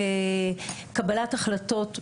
בקבלת החלטות,